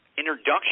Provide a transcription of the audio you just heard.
introduction